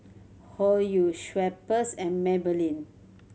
Hoyu Schweppes and Maybelline